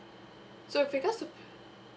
so with regards to